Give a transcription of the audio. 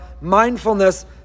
mindfulness